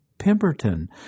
Pemberton